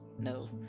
no